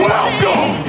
Welcome